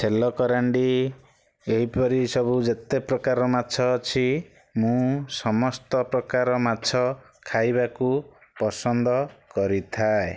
ଛେଲକରାଣ୍ଡି ଏହିପରି ସବୁ ଯେତେ ପ୍ରକାର ମାଛ ଅଛି ମୁଁ ସମସ୍ତ ପ୍ରକାର ମାଛ ଖାଇବାକୁ ପସନ୍ଦ କରିଥାଏ